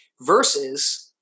versus